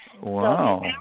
Wow